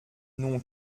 non